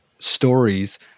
stories